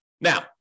Now